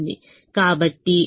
కాబట్టి పరిష్కారం X1 3 X2 4